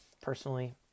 personally